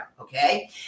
okay